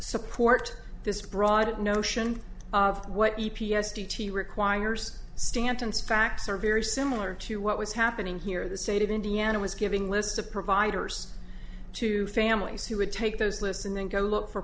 support this broad notion of what e p a s d t requires stanton's facts are very similar to what was happening here the state of indiana was giving lists of providers to families who would take those lists and then go look for